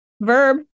verb